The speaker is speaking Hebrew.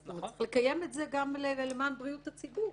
צריך לקיים את זה גם למען בריאות הציבור.